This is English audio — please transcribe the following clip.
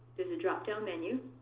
there's a drop-down menu.